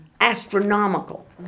astronomical